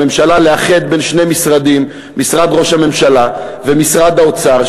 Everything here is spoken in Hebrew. לממשלה לאחד שני משרדים: משרד ראש הממשלה ומשרד האוצר,